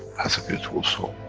has a beautiful soul,